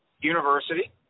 University